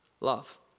love